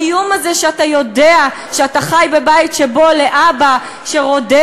האיום הזה שאתה יודע שאתה חי בבית שבו לאבא שרודה,